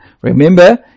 Remember